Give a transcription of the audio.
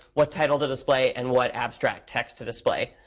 what title to display, and what abstract text to display.